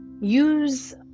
use